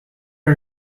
are